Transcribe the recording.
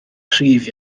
cryf